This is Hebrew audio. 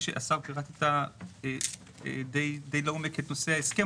השר, נראה לי שפירטת די לעומק את נושא ההסכם.